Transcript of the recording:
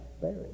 buried